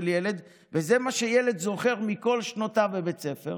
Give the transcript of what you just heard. ילד וזה מה שילד זוכר מכל שנותיו בבית ספר,